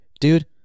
dude